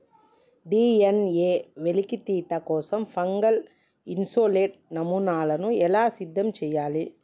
DNA వెలికితీత కోసం fungal isolate నమూనాను ఎలా సిద్ధం చెయ్యాలి?